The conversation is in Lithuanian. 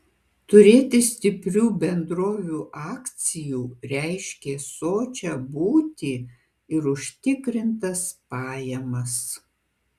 turėti stiprių bendrovių akcijų reiškė sočią būtį ir užtikrintas pajamas